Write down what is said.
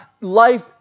life